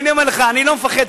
אני אומר לך, אני לא מפחד.